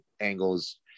angles